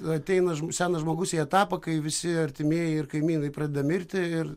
ateina senas žmogus į etapą kai visi artimieji ir kaimynai pradeda mirti ir